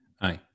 Aye